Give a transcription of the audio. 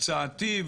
הצעתי,